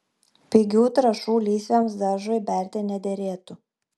pigių trąšų lysvėms daržui berti nederėtų